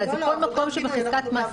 אלא בכל מקום שבחזקת מעסיק.